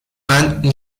anne